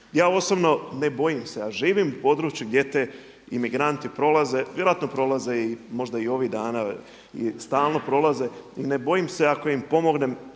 Ja osobno ne bojim se a živim u području gdje ti imigranti prolaze, vjerojatno prolaze i možda ovih dana i stalno prolaze i ne bojim se ako im pomognem